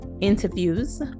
interviews